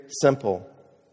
simple